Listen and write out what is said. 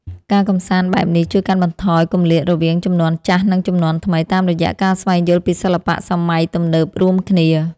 ការកម្សាន្តបែបនេះជួយកាត់បន្ថយគម្លាតរវាងជំនាន់ចាស់និងជំនាន់ថ្មីតាមរយៈការស្វែងយល់ពីសិល្បៈសម័យទំនើបរួមគ្នា។